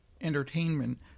entertainment